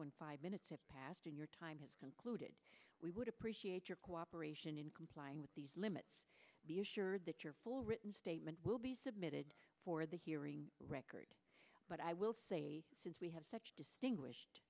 when five minutes have passed in your time has concluded we would appreciate your cooperation in complying with these limits be assured that your full written statement will be submitted for the hearing record but i will say since we have such distinguished